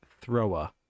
thrower